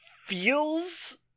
feels